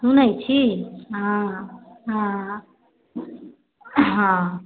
सुनै छी हँ हँ हँ